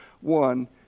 one